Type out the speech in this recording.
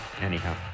Anyhow